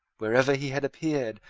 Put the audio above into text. wherever he had appeared,